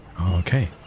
okay